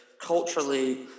culturally